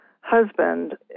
husband